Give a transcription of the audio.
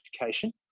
education